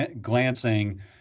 glancing